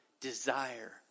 desire